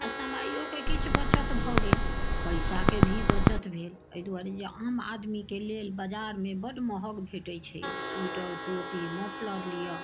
आ समयक किछु बचत भऽ गेल पैसाके भी बचत भेल एहि दुआरे जे आम आदमीके लेल बजारमे बड महग भेटैत छै स्वीटर टोपी मोफलर लिअ